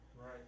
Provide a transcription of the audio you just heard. right